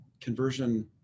conversion